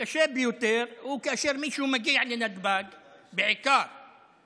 הקשה ביותר הוא כאשר מישהו מגיע לנתב"ג או לגבול,